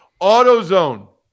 AutoZone